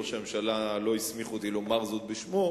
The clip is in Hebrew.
ראש הממשלה לא הסמיך אותי לומר את זה בשמו,